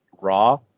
Raw